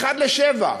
1 ל-7.